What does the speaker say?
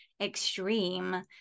extreme